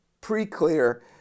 pre-clear